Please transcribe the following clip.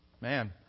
man